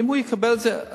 ואם הוא יקבל את זה,